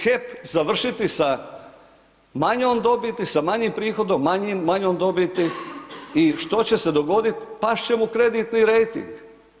HEP završiti sa manjom dobiti, sa manjim prihodom, manjom dobiti i što će se dogoditi, past će mu kreditni rejting.